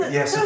Yes